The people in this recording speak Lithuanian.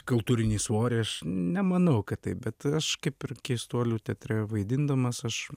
kultūrinį svorį aš nemanau kad taip bet aš kaip ir keistuolių teatre vaidindamas aš